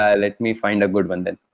ah let me find a good one then.